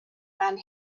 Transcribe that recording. than